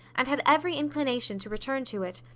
and had every inclination to return to it,